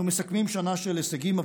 אנו מסכמים שנה של הישגים,